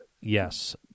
yes